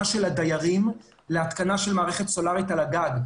של הדיירים להתקנה של מערכת סולרית על הגג.